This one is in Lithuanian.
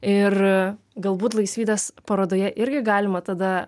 ir galbūt laisvydės parodoje irgi galima tada